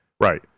Right